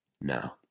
now